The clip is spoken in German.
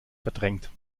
verdrängt